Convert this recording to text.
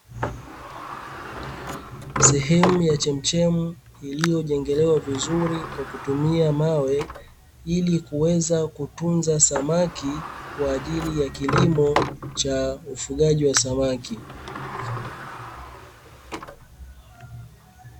Sehemu ya chemchemu iliyojengelewa vizuri kwa kutumia mawe, ili kuweza kutunza samaki kwa ajili ya kilimo cha ufugaji wa samaki.